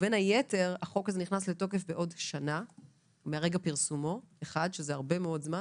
בין היתר החוק הזה נכנס לתוקף בעוד שנה מרגע פרסומו שזה הרבה מאוד זמן